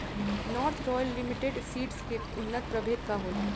North Royal Limited Seeds के उन्नत प्रभेद का होला?